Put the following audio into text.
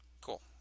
cool